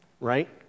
right